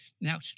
Now